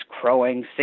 crowing